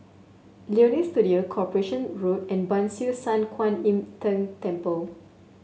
Leonie Studio Corporation Road and Ban Siew San Kuan Im Tng Temple